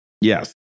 Yes